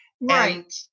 Right